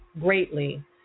greatly